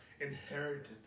inherited